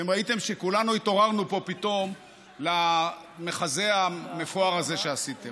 אתם ראיתם שכולנו התעוררנו פה פתאום למחזה המפואר הזה שעשיתם.